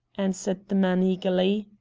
answered the man eagerly.